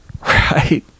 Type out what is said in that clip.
Right